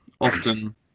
often